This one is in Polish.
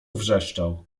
wrzeszczał